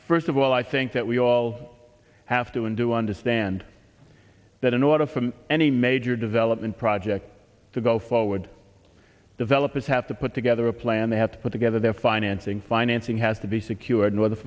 first of all i think that we all have to and do understand that in order for any major development project to go forward developers have to put together a plan they have to put together their financing financing has to be secure